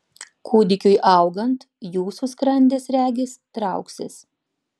kūdikiui augant jūsų skrandis regis trauksis